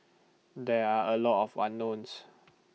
there are A lot of unknowns